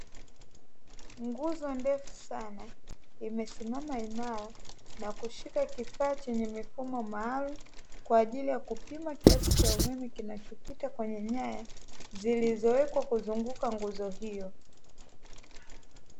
Nguzo ndefu sana na imesimama imara na kushika kifaa chenye mfumo maalumu, kwa ajili ya kupima kiasi cha umeme kinachopita katika nyaya zilizowekwa kuzunguka eneo hilo.